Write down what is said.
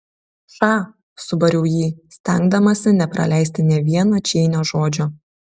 ša subariau jį stengdamasi nepraleisti nė vieno čeinio žodžio